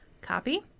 copy